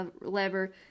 lever